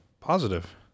positive